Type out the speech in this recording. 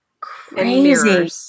crazy